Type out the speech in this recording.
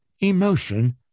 emotion